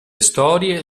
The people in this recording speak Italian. storie